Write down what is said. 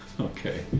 Okay